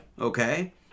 okay